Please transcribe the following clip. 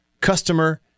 customer